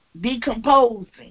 decomposing